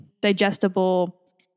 digestible